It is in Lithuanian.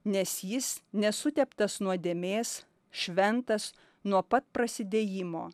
nes jis nesuteptas nuodėmės šventas nuo pat prasidėjimo